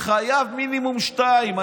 חייב מינימום שניים.